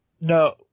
No